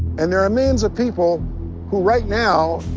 and there are millions of people who right now